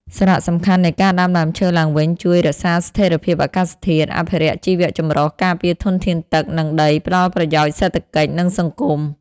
សារៈសំខាន់នៃការដាំដើមឈើឡើងវិញជួយ រក្សាស្ថិរភាពអាកាសធាតុ អភិរក្សជីវៈចម្រុះ ការពារធនធានទឹក និងដី ផ្ដល់ប្រយោជន៍សេដ្ឋកិច្ច និងសង្គម។